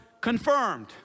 confirmed